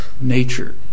nature